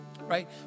Right